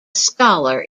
scholar